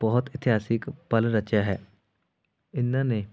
ਬਹੁਤ ਇਤਿਹਾਸਕ ਪਲ ਰਚਿਆ ਹੈ ਇਹਨਾਂ ਨੇ